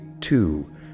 two